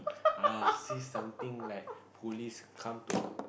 see something like police come to